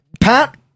Pat